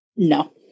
No